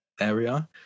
area